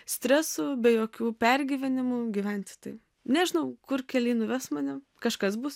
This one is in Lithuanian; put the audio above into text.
stresų be jokių pergyvenimų gyventi tai nežinau kur keliai nuves mane kažkas bus